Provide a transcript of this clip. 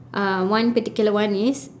um one particular one is